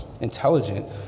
intelligent